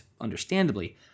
understandably